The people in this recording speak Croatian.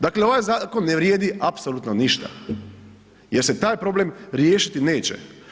Dakle, ovaj zakon ne vrijedi apsolutno ništa jer se taj problem riješiti neće.